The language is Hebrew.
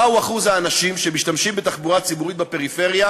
מה אחוז האנשים שמשתמשים בתחבורה הציבורית בפריפריה